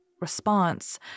Response